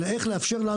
אלא איך לאפשר לנו לדעת.